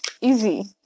Easy